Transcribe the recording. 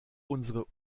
unsere